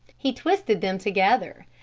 he twisted them together.